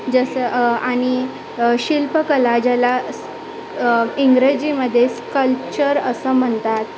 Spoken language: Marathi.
जसं आणि शिल्पकला ज्याला इंग्रजीमध्ये कल्चर असं म्हणतात